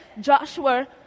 Joshua